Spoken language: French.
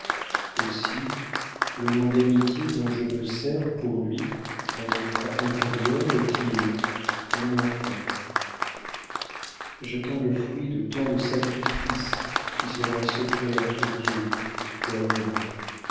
aussi le nom d'amitié dont je me sers pour lui dans notre intérieur est-il mon enfant j'attends le fruit de tant de sacrifices qui seront un secret entre dieu toi et moi